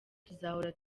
tuzahora